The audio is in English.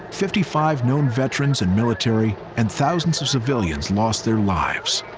fifty-five known veterans and military, and thousands of civilians lost their lives.